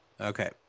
Okay